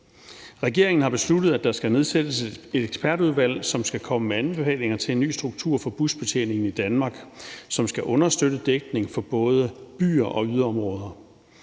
Regeringen har besluttet, at der skal nedsættes et ekspertudvalg, som skal komme med anbefalinger til en ny struktur for busbetjeningen i Danmark, som skal understøtte dækning for både byer og yderområder.